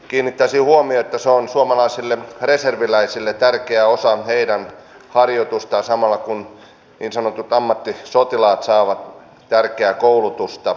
kiinnittäisin huomiota että se on suomalaisille reserviläisille tärkeä osa heidän harjoitustaan samalla kun niin sanotut ammattisotilaat saavat tärkeää koulutusta